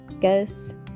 ghosts